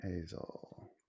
Hazel